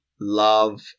Love